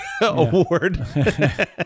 award